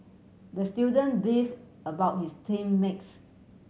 the student beef about his team makes